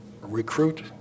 recruit